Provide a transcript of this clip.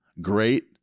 great